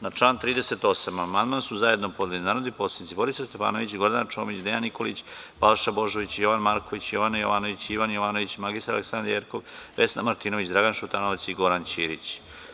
Na član 38. amandman su zajedno podneli narodni poslanici Borislav Stefanović, Gordana Čomić, Dejan Nikolić, Balša Božović, Jovan Marković, Jovana Jovanović, Ivan Jovanović, mr Aleksandra Jerkov, Vesna Martinović, Dragan Šutanovac i Goran Ćirić.